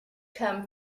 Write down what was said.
come